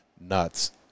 nuts